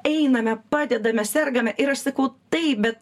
einame padedame sergame ir aš sakau taip bet